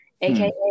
AKA